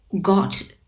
got